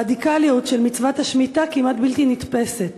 הרדיקליות של מצוות השמיטה כמעט בלתי נתפסת.